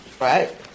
right